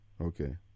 Okay